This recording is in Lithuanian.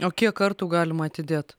o kiek kartų galima atidėt